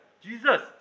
Jesus